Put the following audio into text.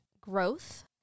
Growth